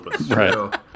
Right